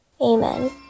amen